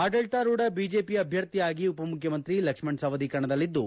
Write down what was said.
ಆಡಳಿತಾರೂಢ ಬಿಜೆಪಿ ಅಭ್ಯರ್ಥಿಯಾಗಿ ಉಪಮುಖ್ಯಮಂತ್ರಿ ಲಕ್ಷ್ಮಣ ಸವದಿ ಕಣದಲ್ಲಿದ್ದು